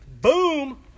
boom